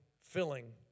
filling